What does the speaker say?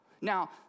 Now